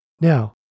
Now